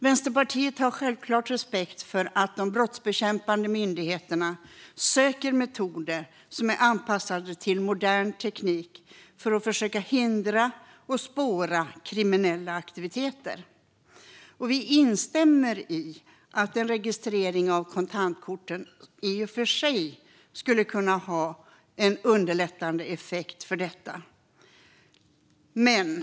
Vänsterpartiet har självklart respekt för att de brottsbekämpande myndigheterna söker metoder som är anpassade till modern teknik för att försöka hindra och spåra kriminella aktiviteter. Vi instämmer i att en registrering av kontantkort i och för sig skulle kunna ha en underlättande effekt i detta avseende.